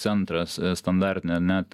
centras standartinę net